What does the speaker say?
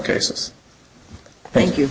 cases thank you